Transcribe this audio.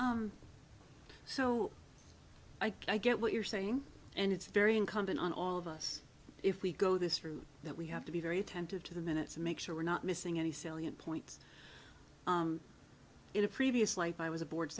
o i get what you're saying and it's very incumbent on all of us if we go this route that we have to be very attentive to the minutes and make sure we're not missing any salient points in a previous life i was a board